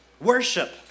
Worship